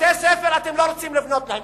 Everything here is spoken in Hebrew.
בתי-ספר אתם לא רוצים לבנות להם.